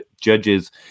judges